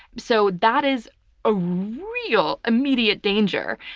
so that is a real immediate danger.